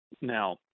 now